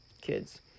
kids